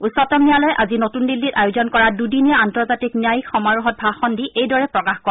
উচ্চতম ন্যায়ালয়ে আজি নতুন দিল্লীত আয়োজন কৰা দুদিনীয়া আন্তৰ্জাতিক ন্যায়িক সমাৰোহত ভাষণ দি এইদৰে প্ৰকাশ কৰে